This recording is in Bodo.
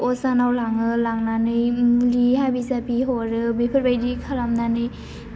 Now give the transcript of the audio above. अजानाव लाङो लांनानै मुलि हाबि जाबि हरो बेफोरबादि खालामनानै